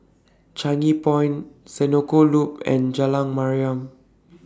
Changi City Point Senoko Loop and Jalan Mariam